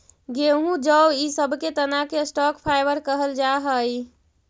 गेहूँ जौ इ सब के तना के स्टॉक फाइवर कहल जा हई